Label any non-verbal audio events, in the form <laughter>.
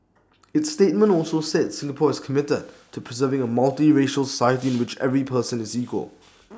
its statement also said Singapore is committed to preserving A multiracial <noise> society in which every person is equal